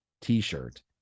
t-shirt